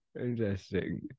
interesting